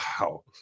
wow